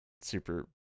super